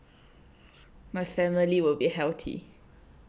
my family will be healthy